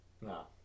No